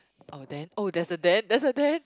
oh then oh there's a then there's a then